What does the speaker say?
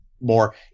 more